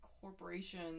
corporation